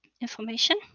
information